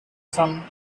some